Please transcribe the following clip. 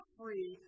free